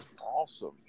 Awesome